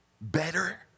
better